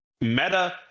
meta